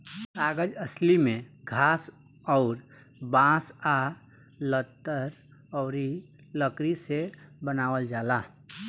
कागज असली में घास अउर बांस आ लतर अउरी लकड़ी से बनावल जाला